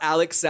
Alex